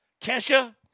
Kesha